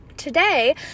Today